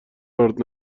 ارد